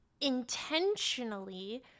intentionally